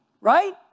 Right